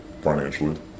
financially